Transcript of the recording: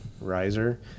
riser